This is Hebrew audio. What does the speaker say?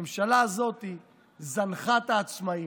הממשלה הזאת זנחה את העצמאים,